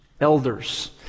Elders